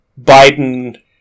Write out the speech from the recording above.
Biden